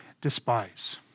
despise